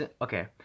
Okay